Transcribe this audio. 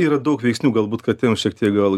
yra daug veiksnių galbūt katėm šiek tiek gal